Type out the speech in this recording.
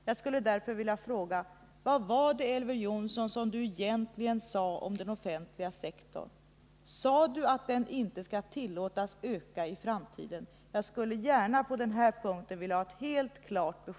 Jag skulle därför vilja fråga: Vad sade Elver Jonsson egentligen om den offentliga sektorn? Skulle den inte tillåtas öka i framtiden? Jag vill gärna ha ett klart besked på den punkten.